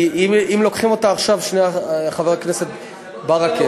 אם לוקחים אותה עכשיו, שנייה, חבר הכנסת ברכה.